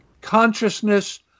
consciousness